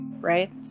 Right